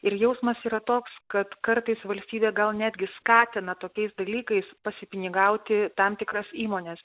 ir jausmas yra toks kad kartais valstybė gal netgi skatina tokiais dalykais pasipinigauti tam tikras įmones